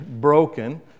broken